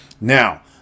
Now